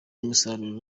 umusaruro